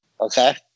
Okay